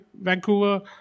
Vancouver